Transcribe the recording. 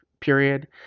period